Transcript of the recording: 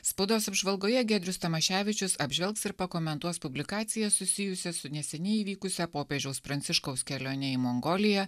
spaudos apžvalgoje giedrius tamaševičius apžvelgs ir pakomentuos publikaciją susijusią su neseniai įvykusią popiežiaus pranciškaus kelione į mongoliją